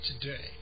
today